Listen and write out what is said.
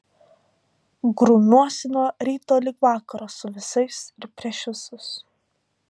grumiuosi nuo ryto lig vakaro su visais ir prieš visus